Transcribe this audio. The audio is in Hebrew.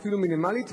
אפילו מינימלית,